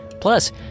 Plus